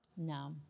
no